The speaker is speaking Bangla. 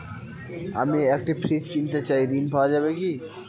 আমি একটি ফ্রিজ কিনতে চাই ঝণ পাওয়া যাবে?